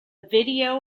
video